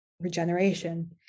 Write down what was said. regeneration